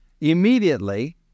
Immediately